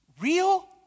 real